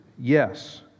Yes